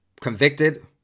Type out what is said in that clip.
convicted